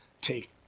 take